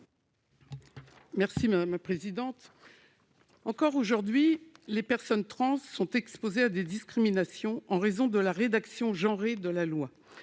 Mme Raymonde Poncet Monge. Encore aujourd'hui, les personnes trans sont exposées à des discriminations en raison de la rédaction « genrée » de la loi.